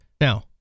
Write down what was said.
now